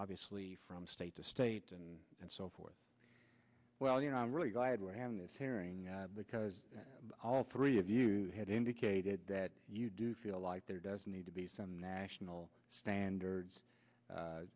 obviously from state to state and and so forth well you know i'm really glad we're having this hearing because all three of you had indicated that you do feel like there does need to be some national standards